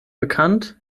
bekannt